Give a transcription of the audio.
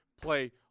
play